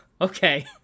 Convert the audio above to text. Okay